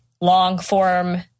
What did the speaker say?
long-form